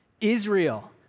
Israel